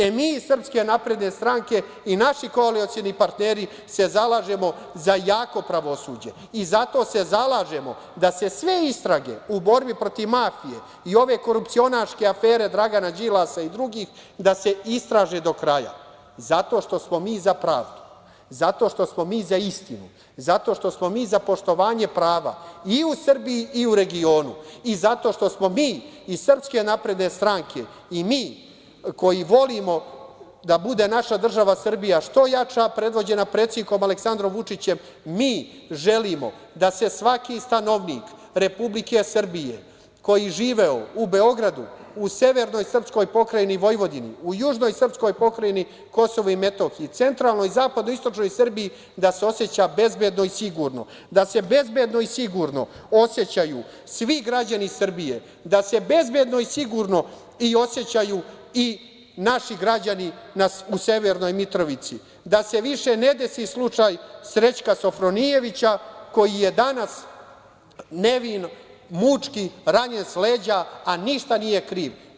E mi iz SNS i naši koalicioni partneri se zalažemo za jako pravosuđe i zato se zalažemo da se sve istrage u borbi protiv mafije i ove korupcionaške afere Dragana Đilasa i drugih, da se istraže do kraja, zato što smo mi za pravdu, zato što smo mi za poštovanje prava, i u Srbiji i u regionu, i zato što smo mi iz SNS, i mi koji volimo da bude naša država Srbija što jača, predvođena predsednikom Aleksandrom Vučićem, mi želimo da se svaki stanovnik Republike Srbije, koji je živeo u Beogradu, u severnoj srpskoj pokrajini Vojvodini, u južnoj srpskoj pokrajini KiM, centralnoj i zapadnoj i istočnoj Srbiji, da se oseća bezbedno i sigurno, da se bezbedno i sigurno osećaju svi građani Srbije, da se bezbedno i sigurno osećaju i naši građani u Severnoj Mitrovici, da se više ne desi slučaj Srećka Sofronijevića, koji je danas nevin, mučki, ranjen s leđa, a ništa nije kriv.